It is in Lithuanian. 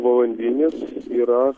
valandinis yra